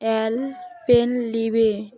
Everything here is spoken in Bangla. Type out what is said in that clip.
অ্যলপেনলিবে